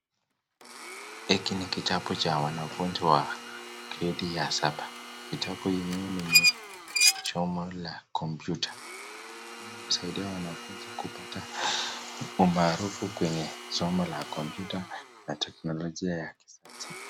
Hiki ni kitabu cha wanafunzi wa gradi ya saba . Kitabu enyewe lime somo la computer,(cs), usaidia wanafunzi kupata umaarufu kwenye soko la computer, (cs),na tekinolojia ya kisasa.